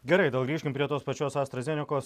gerai gal grįžkim prie tos pačios astra zenekos